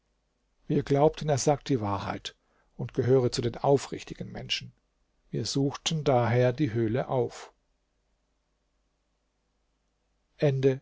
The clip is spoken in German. wir glaubten er sagt die wahrheit und gehöre zu den aufrichtigen menschen wir suchten daher die höhle auf